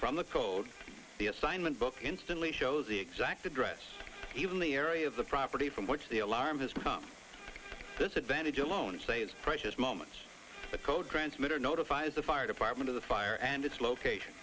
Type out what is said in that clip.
from the code the assignment book instantly shows the exact address even the area of the property from which the alarm has come disadvantage alone say it's precious moments a code transmitter notifies the fire department of the fire and its location